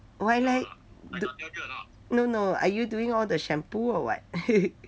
why leh do no no are you doing all the shampoo or what